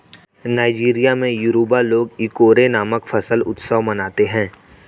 Nigeria में Yoruba लोग Ikore नामक फसल उत्सव मनाते हैं